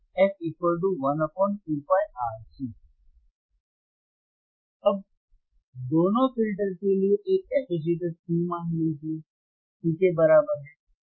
f12πRC अब दोनों फिल्टर के लिए एक कैपेसिटर C मान लीजिये C के बराबर है